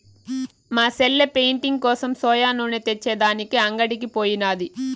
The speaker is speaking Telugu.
మా సెల్లె పెయింటింగ్ కోసం సోయా నూనె తెచ్చే దానికి అంగడికి పోయినాది